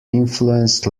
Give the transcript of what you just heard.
influenced